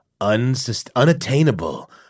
unattainable